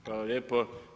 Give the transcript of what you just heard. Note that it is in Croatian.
Hvala lijepo.